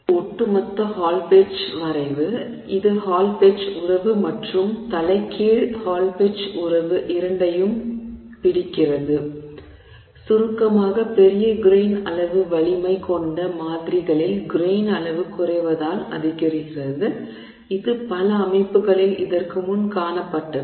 எனவே இது ஒட்டுமொத்த ஹால் பெட்ச் வரைவு இது ஹால் பெட்ச் உறவு மற்றும் தலைகீழ் ஹால் பெட்ச் உறவு இரண்டையும் பிடிக்கிறது எனவே சுருக்கமாக பெரிய கிரெய்ன் அளவு வலிமை கொண்ட மாதிரிகளில் கிரெய்ன் அளவு குறைவதால் அதிகரிக்கிறது இது பல அமைப்புகளில் இதற்கு முன் காணப்பட்டது